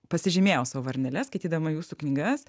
pasižymėjau sau varneles skaitydama jūsų knygas